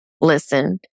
Listen